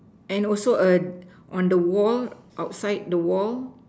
and also a on the wall outside the wall